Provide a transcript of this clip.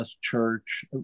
church